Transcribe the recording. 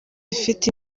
mfite